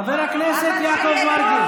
חבר הכנסת יעקב מרגי.